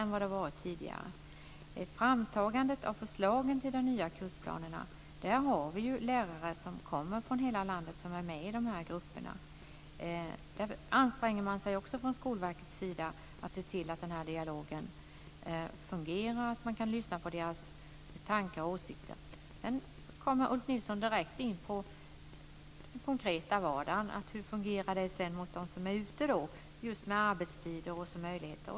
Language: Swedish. När det gäller framtagandet av förslagen till de nya kursplanerna deltar lärare från hela landet i grupperna. Där anstränger man sig också från Skolverket att se till att dialogen fungerar och att man kan lyssna på deras tankar och åsikter. Sedan kom Ulf Nilsson direkt in på den konkreta vardagen, dvs. hur det fungerar mot dem som är ute, med arbetstider och olika möjligheter.